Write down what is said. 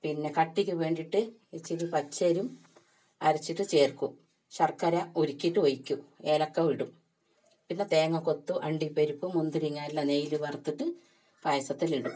പിന്നെ കട്ടിക്ക് വേണ്ടിയിട്ട് ഇത്തിരി പച്ചരിയും അരച്ചിട്ട് ചേർക്കും ശർക്കര ഉരുക്കിയിട്ട് ഒഴിക്കും ഏലക്ക ഇടും പിന്നെ തേങ്ങ കൊത്ത് അണ്ടിപ്പരിപ്പ് മുന്തിരിങ്ങ എല്ലാം നെയ്യിൽ വറുത്തിട്ട് പായസത്തിൽ ഇടും